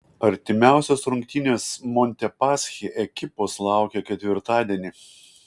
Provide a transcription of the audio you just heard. artimiausios rungtynės montepaschi ekipos laukia ketvirtadienį